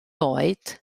oed